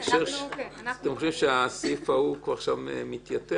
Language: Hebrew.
אתם חושבים שהסעיף ההוא מתייתר?